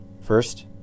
First